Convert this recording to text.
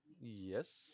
Yes